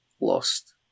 lost